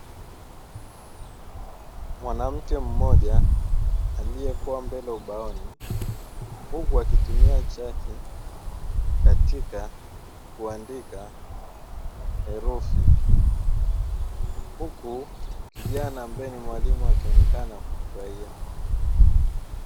Mwanamke mmoja aliyekuwa mbele ubaoni, huku akitumia chaki katika kuandika herufi, huku kijana ambae ni mwalimu akionekana kufurahia.